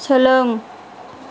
सोलों